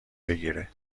بگیره